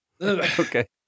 Okay